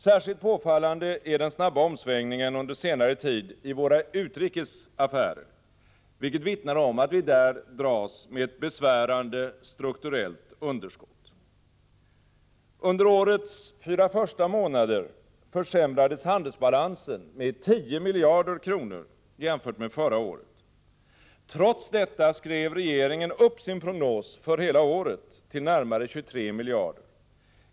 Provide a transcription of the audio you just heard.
Särskilt påfallande är den snabba omsvängningen under senare tid i våra utrikes affärer, vilket vittnar om att vi där dras med ett besvärande strukturellt underskott. Under årets fyra första månader försämrades handelsbalansen med 10 miljarder kronor jämfört med förra året. Trots detta skrev regeringen upp sin prognos för hela året till närmare 23 miljarder.